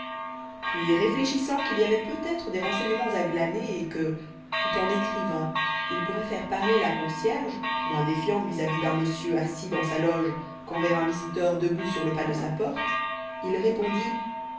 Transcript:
puis réfléchissant qu'il y avait peut-être des renseignements à glaner et que tout en écrivant il pourrait faire parler la concierge moins défiante vis-à-vis d'un monsieur assis dans sa loge qu'envers un visiteur debout sur le pas de sa porte il répondit